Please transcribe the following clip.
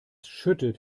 schüttet